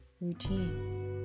routine